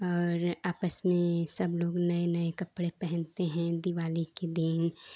और आपस में सब लोग नए नए कपड़े पहनते हैं दिवाली के दिन